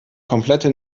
komplette